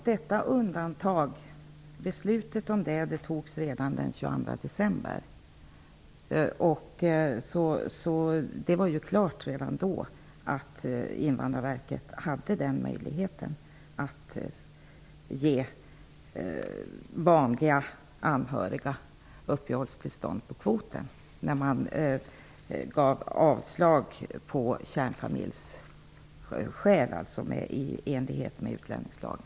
Fru talman! Beslutet om detta undantag fattades redan den 22 december. Det var alltså klart redan då att Invandrarverket hade den möjligheten att ge vanliga anhöriga uppehållstillstånd inom ramen för kvoten, när man hade gett avslag på ansökningar om kärnfamiljsinvandring i enlighet med utlänningslagen.